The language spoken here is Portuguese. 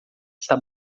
está